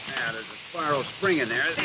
spiral spring in there.